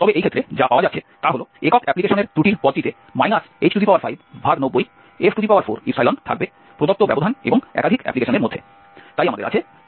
তবে এই ক্ষেত্রে যা পাওয়া যাচ্ছে তা হল একক অ্যাপ্লিকেশনের ত্রুটির পদটিতে h590f4 থাকবে প্রদত্ত ব্যবধান এবং একাধিক অ্যাপ্লিকেশনের মধ্যে